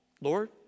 Lord